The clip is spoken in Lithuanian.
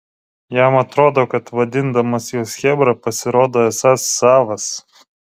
jam atrodo kad vadindamas juos chebra pasirodo esąs savas